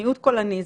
מיעוט קולני,